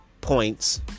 points